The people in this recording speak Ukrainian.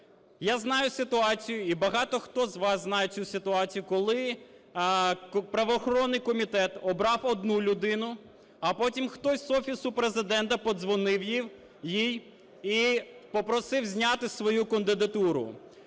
Я знаю ситуацію, і багато хто з вас знає цю ситуацію, коли правоохоронний комітет обрав одну людину, а потім хтось з Офісу Президента подзвонив їй і попросив зняти свою кандидатуру.